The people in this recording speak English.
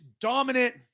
dominant